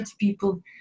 people